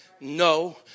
no